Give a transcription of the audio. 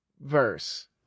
verse